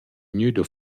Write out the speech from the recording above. gnüda